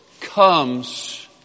comes